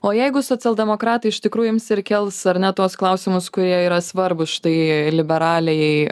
o jeigu socialdemokratai iš tikrųjų ims ir kels ar ne tuos klausimus kurie yra svarbūs štai liberaliajai